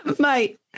mate